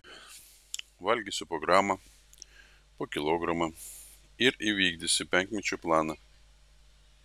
valgysiu po gramą po kilogramą ir įvykdysiu penkmečio planą